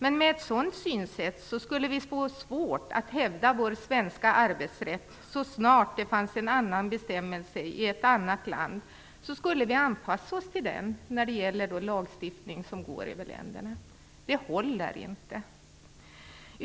Men med ett sådant synsätt skulle vi få svårt att hävda vår svenska arbetsrätt. Så snart det fanns en annan bestämmelse i ett annat land skulle vi anpassa oss till den när det gäller lagstiftning som går över ländernas gränser. Det håller inte.